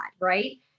right